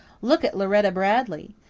look at lauretta bradley.